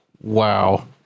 Wow